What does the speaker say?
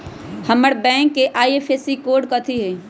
हमर बैंक के IFSC code कथि हई?